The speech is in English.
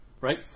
Right